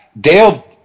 Dale